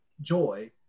Joy